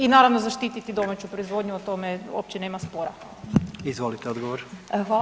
I naravno zaštiti domaću proizvodnju, o tome uopće nema spora.